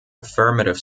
affirmative